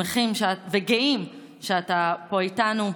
שמחים וגאים שאתה פה איתנו.